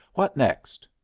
what next?